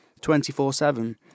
24-7